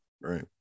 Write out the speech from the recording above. right